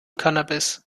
cannabis